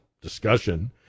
discussion